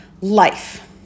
life